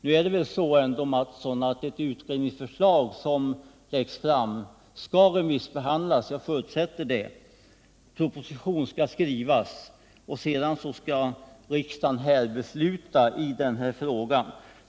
Nu är det ändå så, Kjell Mattsson, att ett utredningsförslag som läggs fram skall remissbehandlas — jag förutsätter det —, proposition skall skrivas och sedan skall riksdagen fatta beslut i den här frågan.